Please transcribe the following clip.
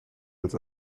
als